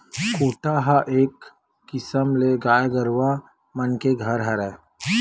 कोठा ह एक किसम ले गाय गरुवा मन के घर हरय